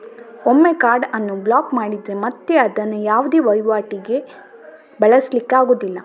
ಒಮ್ಮೆ ಕಾರ್ಡ್ ಅನ್ನು ಬ್ಲಾಕ್ ಮಾಡಿದ್ರೆ ಮತ್ತೆ ಅದನ್ನ ಯಾವುದೇ ವೈವಾಟಿಗೆ ಬಳಸ್ಲಿಕ್ಕೆ ಆಗುದಿಲ್ಲ